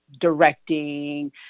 directing